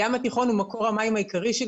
הים התיכון הוא מקור המים העיקרי של